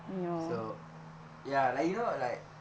so ya like you know like